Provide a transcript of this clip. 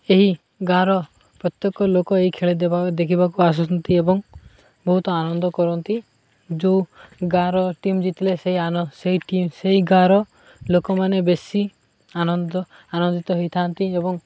ଏହି ଗାଁର ପ୍ରତ୍ୟେକ ଲୋକ ଏହି ଖେଳ ଦେବା ଦେଖିବାକୁ ଆସୁଛନ୍ତି ଏବଂ ବହୁତ ଆନନ୍ଦ କରନ୍ତି ଯେଉଁ ଗାଁର ଟିମ୍ ଜିତିଲେ ସେଇ ସେଇ ଟିମ୍ ସେଇ ଗାଁର ଲୋକମାନେ ବେଶୀ ଆନନ୍ଦ ଆନନ୍ଦିତ ହେଇଥାନ୍ତି ଏବଂ